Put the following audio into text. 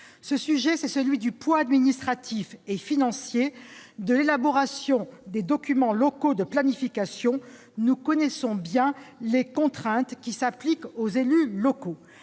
Ce sujet, c'est celui du poids administratif et financier de l'élaboration des documents locaux de planification. Nous connaissons bien les contraintes qui s'appliquent aux élus locaux.